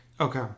Okay